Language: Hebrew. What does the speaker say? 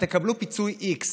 ותקבלו פיצוי x,